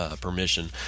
permission